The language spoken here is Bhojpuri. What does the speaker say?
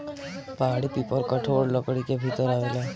पहाड़ी पीपल कठोर लकड़ी के भीतर आवेला